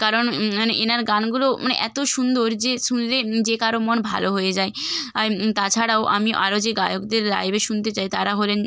কারণ মানে এঁনার গানগুলো মানে এত সুন্দর যে শুনলেই যে কারো মন ভালো হয়ে যায় আর তাছাড়াও আমি আরো যে গায়কদের লাইভে শুনতে চাই তারা হলেন